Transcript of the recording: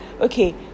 okay